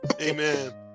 amen